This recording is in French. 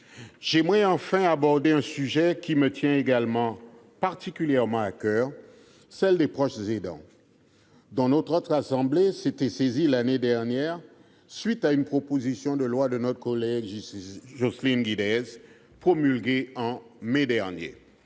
J'aimerais enfin aborder un sujet qui me tient particulièrement à coeur, celui des proches aidants, dont notre Haute Assemblée s'était saisie l'année dernière, à la suite d'une proposition de loi de notre collègue Jocelyne Guidez, promulguée en mai dernier.